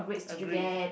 agree